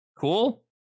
Cool